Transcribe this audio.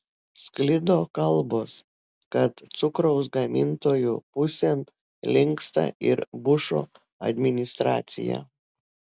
sklido kalbos kad cukraus gamintojų pusėn linksta ir bušo administracija